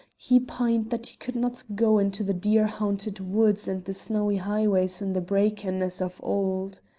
he pined that he could not go into the deer-haunted woods and the snowy highways in the breacan as of old.